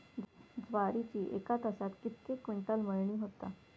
ज्वारीची एका तासात कितके क्विंटल मळणी होता?